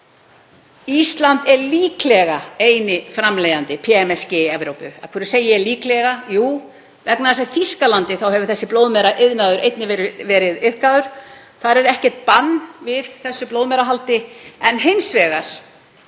Ísland er líklega eini framleiðandi PMSG í Evrópu. Af hverju segi ég líklega? Jú, vegna þess að í Þýskalandi hefur þessi blóðmeraiðnaður einnig verið iðkaður. Þar er ekkert bann við blóðmerahaldi en hins vegar